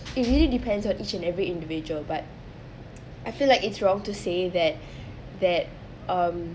it really depends on each and every individual but I feel like it's wrong to say that that um